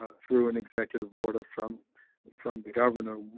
ah through an executive order from from the governor.